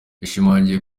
yashimangiye